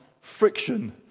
friction